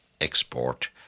export